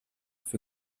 für